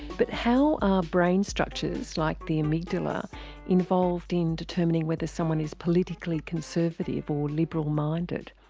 but how are brain structures like the amygdala involved in determining whether someone is politically conservative or liberal minded?